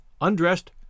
undressed